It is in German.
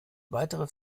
weitere